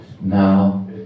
Now